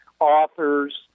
authors